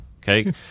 okay